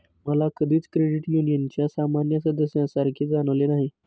मला कधीच क्रेडिट युनियनच्या सामान्य सदस्यासारखे जाणवले नाही